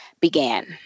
began